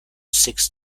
six